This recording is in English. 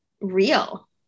real